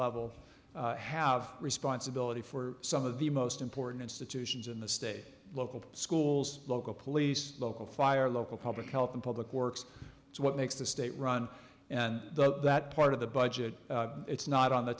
level have responsibility for some of the most important institutions in the state local schools local police local fire local public health and public works what makes the state run and the that part of the budget it's not on the